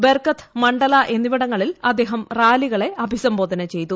ബർഗത് മണ്ഡല എന്നിവിടങ്ങളിൽ അദ്ദേഹം റാലികളെ അഭിസംബോധന ചെയ്തു